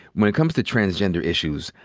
when it comes to transgender issues,